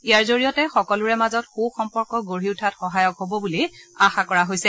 ইয়াৰ জৰিয়তে সকলোৰে মাজত সু সম্পৰ্ক গঢ়ি উঠাত সহায়ক হ'ব বুলিও আশা কৰা হৈছে